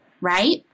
right